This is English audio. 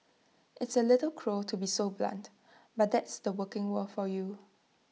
it's A little cruel to be so blunt but that's the working world for you